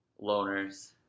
loners